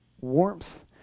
warmth